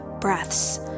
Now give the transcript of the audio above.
breaths